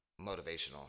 motivational